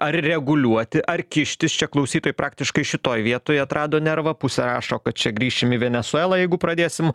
ar reguliuoti ar kištis čia klausytojai praktiškai šitoj vietoj atrado nervą pusė rašo kad čia grįšim į venesuelą jeigu pradėsim